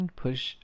push